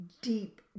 deep